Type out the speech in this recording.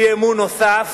אי-אמון נוסף